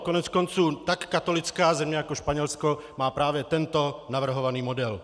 Koneckonců tak katolická země jako Španělsko má právě tento navrhovaný model.